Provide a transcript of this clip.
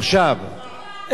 אַיְוַא,